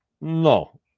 no